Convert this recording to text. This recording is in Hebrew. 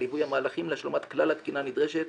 ליווי המהלכים להשלמת כלל התקינה הנדרשת